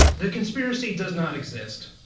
the conspiracy does not exist.